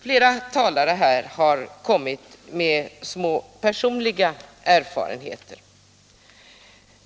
Flera talare här har redovisat personliga erfarenheter.